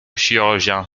chirurgien